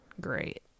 great